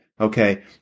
okay